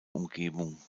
umgebung